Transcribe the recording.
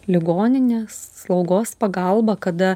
ligoninės slaugos pagalba kada